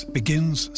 begins